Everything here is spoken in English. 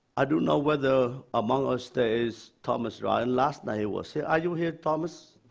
i don't know whether among us there is thomas ryan. last night he was here. are you here, thomas?